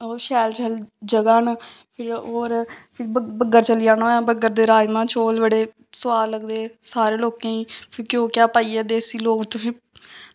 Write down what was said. ओह् शैल शैल जगह् न फिर होर बग्गर चली जाना होऐ ते बग्गर दे राजमांह् चौल बड़े सोआद लगदे सारे लोकें ही फ्ही घ्यो घ्या पाइयै देसी लोक उत्थै